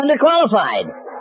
underqualified